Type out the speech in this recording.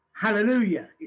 Hallelujah